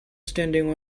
standing